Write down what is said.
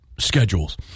Schedules